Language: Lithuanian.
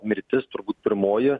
mirtis turbūt pirmoji